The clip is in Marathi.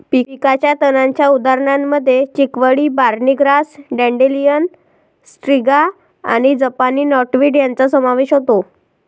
पिकाच्या तणांच्या उदाहरणांमध्ये चिकवीड, बार्नी ग्रास, डँडेलियन, स्ट्रिगा आणि जपानी नॉटवीड यांचा समावेश होतो